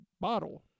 bottle